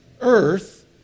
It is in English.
earth